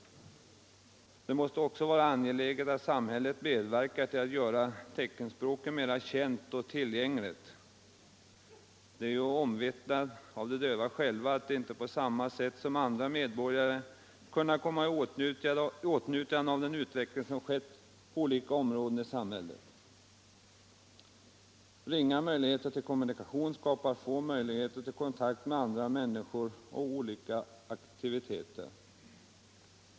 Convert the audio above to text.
Det måste vara angeläget att samhället medverkar till att göra teckenspråket mera känt och tillgängligt. Det är ju omvittnat av de döva själva att de inte på samma sätt som andra medborgare kan komma i åtnjutande av den utveckling som skett på olika områden. Ringa möjligheter till kommunikation skapar få möjligheter till kontakt med andra människor och till olika aktiviteter.